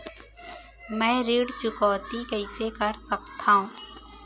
मैं ऋण चुकौती कइसे कर सकथव?